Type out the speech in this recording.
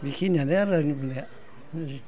बेखिनियानो आरो आंनि बुंनाया